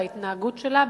בהתנהגות שלה,